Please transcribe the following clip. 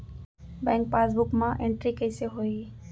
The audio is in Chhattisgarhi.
बैंक पासबुक मा एंटरी कइसे होही?